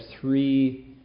three